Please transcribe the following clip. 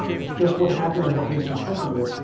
it's just what happened and what makes me comfortable,